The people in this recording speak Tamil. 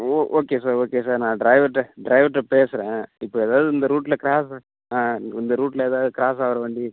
ஓ ஓகே சார் ஓகே சார் நான் ட்ரைவர்கிட்ட டிரைவர்கிட்ட பேசுகிறேன் இப்போது ஏதாவது இந்த ரூட்டில் கிராஸ் ஆ இந்த ரூட்டில் ஏதாவது கிராஸ் ஆகுற வண்டி